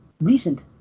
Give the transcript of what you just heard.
recent